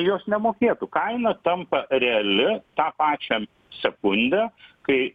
jos nemokėtų kaina tampa reali tą pačią sekundę kai